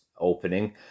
opening